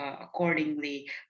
accordingly